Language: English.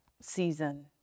season